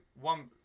one